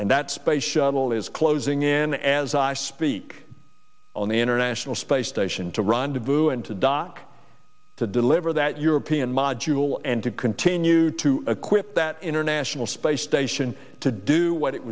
and that space shuttle is closing in as i speak on the international space station to rendezvous and to dock to deliver that european module and to continue to acquit that international space station to do what it